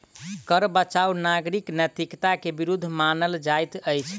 कर बचाव नागरिक नैतिकता के विरुद्ध मानल जाइत अछि